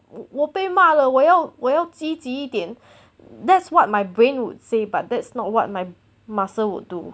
我被骂了我要我要积极一点 that's what my brain would say but that's not what my muscles would do